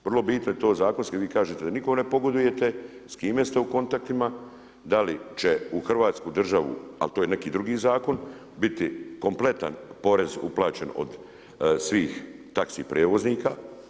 Vrlo bitno je to zakonski, vi kažete da nikom ne pogodujete, s kime ste u kontaktima, da li će u Hrvatsku državu, al to je neki drugi zakon, biti kompletan porez uplaćen od svih taxi prijevoznika?